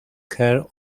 care